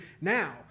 now